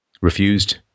refused